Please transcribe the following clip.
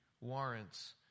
warrants